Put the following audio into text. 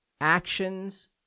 actions